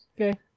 okay